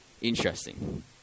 interesting